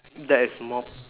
that is more